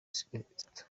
zitatu